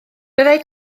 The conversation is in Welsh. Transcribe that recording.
byddai